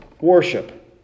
worship